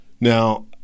Now